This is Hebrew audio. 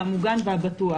המוגן והבטוח